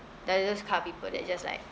there're those kind of people that just like